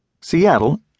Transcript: Seattle